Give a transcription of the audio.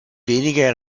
weniger